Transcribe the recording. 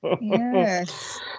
yes